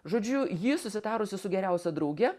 žodžiu ji susitarusi su geriausia drauge